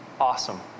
awesome